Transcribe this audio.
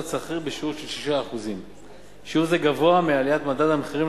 שכיר בשיעור של 6%. שיעור זה גבוה מעליית מדד המחירים